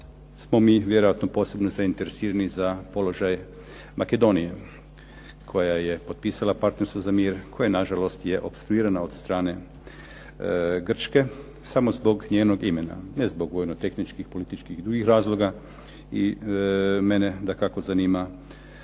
smo mi vjerojatno posebno zainteresirani za položaj Makedonije koja je potpisala partnerstvo za mir koje nažalost je opstruirana od strane Grčke, samo zbog njenog imena. Ne zbog vojno-tehničkih, političkih i drugih razloga. I mene dakako zanima